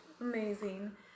amazing